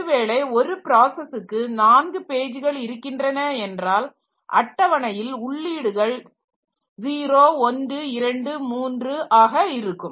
ஒருவேளை ஒரு ப்ராசஸ்சுக்கு 4 பேஜ்கள் இருக்கின்றன என்றால் அட்டவணையில் உள்ளீடுகள் 0123 ஆக இருக்கும்